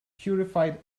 purified